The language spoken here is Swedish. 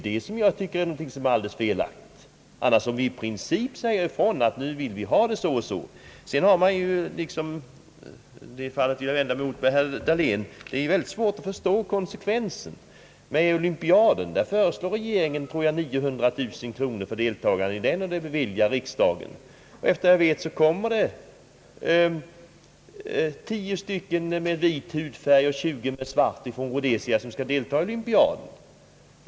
Det är något helt annat om man i förväg i princip säger ifrån att man vill ha det på ett visst sätt. Det är också mycket svårt att förstå konsekvensen i det här sammanhanget med tanke på Olympiaden. För deltagande i denna föreslår regeringen 900 000 kronor, som beviljas av riksdagen. Efter vad jag vet kommer ungefär tio idrottsmän med vit hudfärg och tjugo med svart från Rhodesia för att deltaga i Olympiaden.